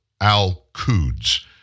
Al-Quds